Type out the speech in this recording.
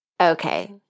okay